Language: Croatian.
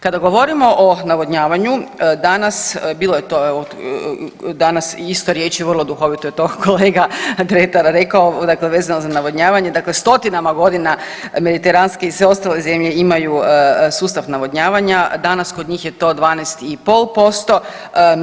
Kada govorimo o navodnjavanju danas, bilo je to evo danas isto riječi, vrlo duhovito je to kolega Dretar rekao, dakle vezano za navodnjavanje, dakle stotinama godina mediteranske i sve ostale zemlje imaju sustav navodnjavanja, danas kod njih je to 12,5%